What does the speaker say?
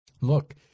Look